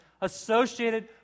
associated